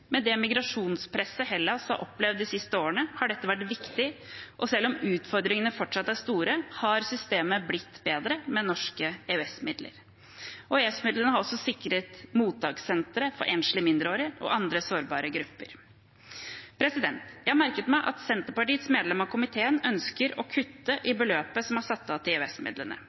Med det migrasjonspresset Hellas har opplevd de siste årene, har dette vært viktig, og selv om utfordringene fortsatt er store, har systemet blitt bedre med norske EØS-midler. EØS-midlene har også sikret mottakssentre for enslige mindreårige og andre sårbare grupper. Jeg har merket meg at Senterpartiets medlem av komiteen ønsker å kutte i beløpet som er satt av til